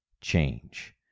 change